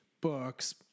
books